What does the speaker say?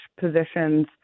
positions